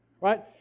Right